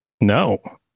No